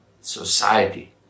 society